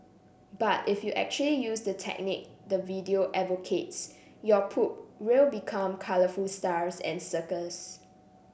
but if you actually use the technique the video advocates your poop will become colourful stars and circles